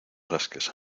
rasques